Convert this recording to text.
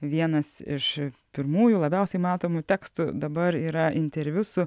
vienas iš pirmųjų labiausiai matomų tekstų dabar yra interviu su